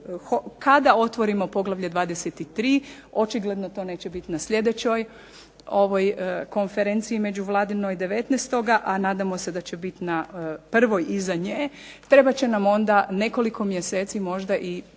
kada otvorimo poglavlje 23., očigledno to neće biti na sljedećoj ovoj konferenciji međuvladinoj 19., a nadamo se da će biti na prvoj iza nje. Trebat će nam onda nekoliko mjeseci možda i